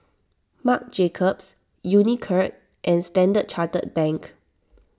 Marc Jacobs Unicurd and Standard Chartered Bank